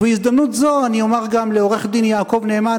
ובהזדמנות זו אני אומר גם לעורך-הדין יעקב נאמן,